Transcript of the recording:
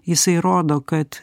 jisai rodo kad